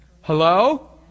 Hello